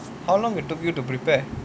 how long it took you to prepare